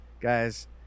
guys